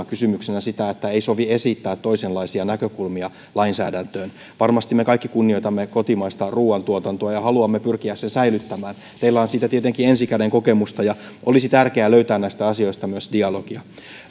kysymyksenä sitä että ei sovi esittää toisenlaisia näkökulmia lainsäädäntöön varmasti me kaikki kunnioitamme kotimaista ruuantuotantoa ja haluamme pyrkiä sen säilyttämään teillä on siitä tietenkin ensi käden kokemusta ja olisi tärkeää löytää näistä asioista myös dialogia